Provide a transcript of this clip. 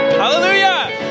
hallelujah